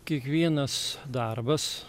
kiekvienas darbas